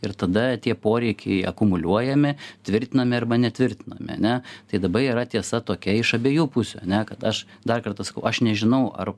ir tada tie poreikiai akumuliuojami tvirtinami arba netvirtinami ane tai daba yra tiesa tokia iš abiejų pusių ane kad aš dar kartą sakau aš nežinau ar